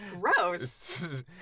Gross